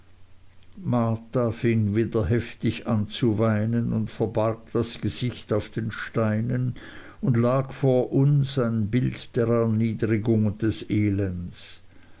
fing wieder heftig zu weinen an und verbarg das gesicht auf den steinen und lag vor uns ein bild der erniedrigung und des elends